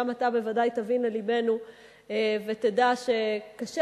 גם אתה בוודאי תבין ללבנו ותדע שקשה